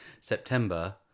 September